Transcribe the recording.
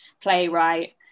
playwright